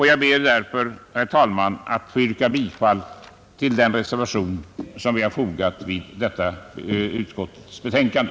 Jag ber därför, herr talman, att få yrka bifall till den reservation som är fogad till utskottets betänkande.